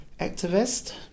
activist